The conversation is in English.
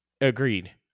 agreed